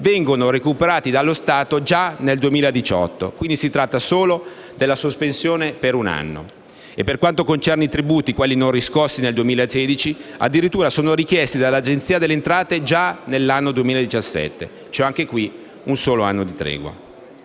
vengono recuperate dallo Stato già nel 2018 e, quindi, si tratta solo della sospensione per un anno. Per quanto concerne i tributi non riscossi nel 2016, addirittura sono richiesti dall'Agenzia delle entrate già nell'anno 2017: anche qui un solo anno di tregua.